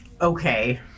Okay